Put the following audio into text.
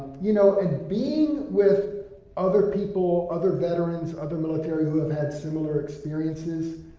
you know, and being with other people, other veterans of the military who have had similar experiences,